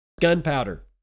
gunpowder